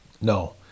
No